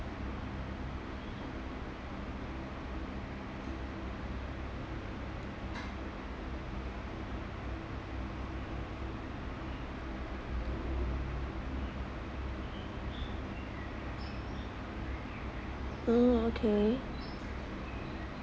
mm okay